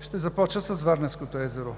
Ще започна с Варненското езеро.